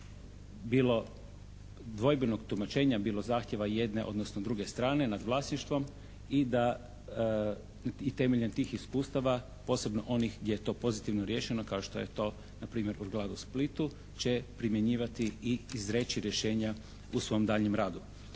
do bilo dvojbenog tumačenja bilo zahtjeva jedne odnosno druge strane nad vlasništvom i da i temeljem tih iskustava posebno onih gdje je to pozitivno riješeno kao što je to na primjer …/Govornik se ne razumije./… Splitu će primjenjivati i izreći rješenja u svom daljnjem radu.